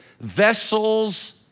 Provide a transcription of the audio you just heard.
vessels